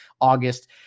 August